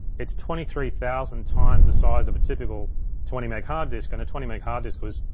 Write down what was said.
it's twenty three thousand times the size of a typical twenty meg hard disk, and a twenty meg hard disk was,